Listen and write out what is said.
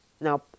now